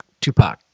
Tupac